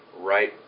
right